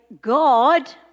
God